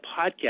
podcast